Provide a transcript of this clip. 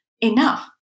enough